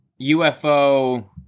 UFO